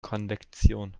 konvektion